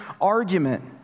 argument